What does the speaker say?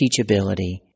teachability